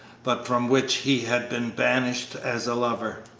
but from which he had been banished as a lover.